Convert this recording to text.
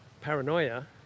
paranoia